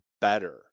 better